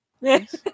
Yes